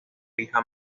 hija